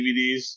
DVDs